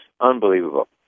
Unbelievable